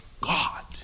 God